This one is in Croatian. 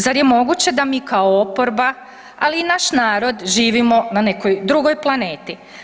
Zar je moguće da mi kao oporba ali i naš narod, živimo na nekoj drugoj planeti?